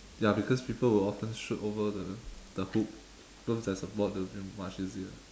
ya because people will often shoot over the the hook cause there is a board it will be much easier